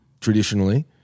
traditionally